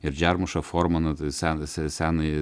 ir džermušą formaną tą seną senąjį